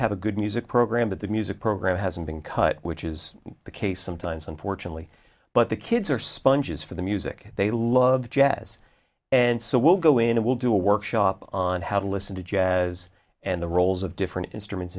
have a good music program but the music program hasn't been cut which is the case sometimes unfortunately but the kids are sponges for the music they love jazz and so we'll go in we'll do a workshop on how to listen to jazz and the roles of different instruments